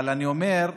אבל אני אומר: